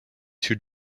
two